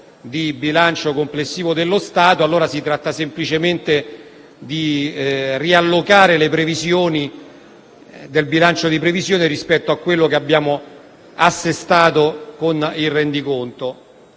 del bilancio dello Stato, e si tratta semplicemente di riallocare il bilancio di previsione rispetto a quello che abbiamo assestato con il rendiconto.